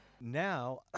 Now